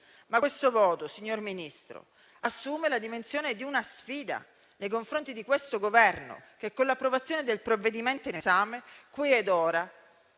Ma questo voto, signor Ministro, assume la dimensione di una sfida nei confronti del Governo che, con l'approvazione del provvedimento in esame, qui e ora